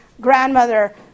grandmother